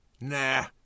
Nah